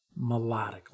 melodically